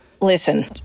listen